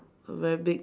very big